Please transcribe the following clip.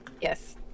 Yes